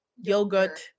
yogurt